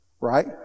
right